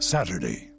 Saturday